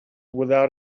without